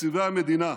מתקציבי המדינה,